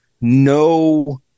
no